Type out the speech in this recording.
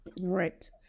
Right